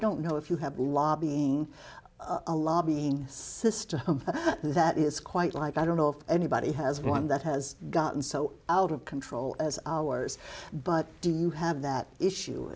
don't know if you have lobbying a lobbying system that is quite like i don't know if anybody has one that has gotten so out of control as ours but do you have that issue